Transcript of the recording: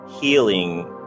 healing